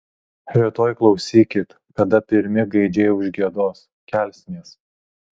rytoj klausykit kada pirmi gaidžiai užgiedos kelsimės